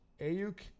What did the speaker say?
Ayuk